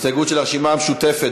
הסתייגות של הרשימה המשותפת,